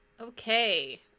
Okay